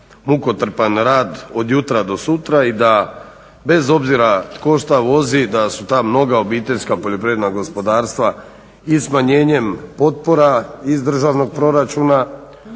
mukotrpan rad od jutra do sutra i da bez obzira tko šta vozi, da su ta mnoga OPG-a i smanjenjem potpora iz državnog proračuna,